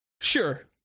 Sure